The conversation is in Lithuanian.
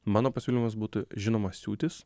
mano pasiūlymas būtų žinoma siūtis